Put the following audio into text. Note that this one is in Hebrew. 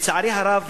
לצערי הרב,